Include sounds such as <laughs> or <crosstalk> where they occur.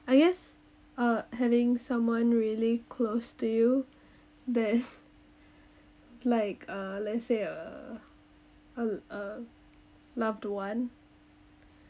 I guess uh having someone really close to you that <laughs> like uh let's say a a a loved one